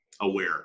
Aware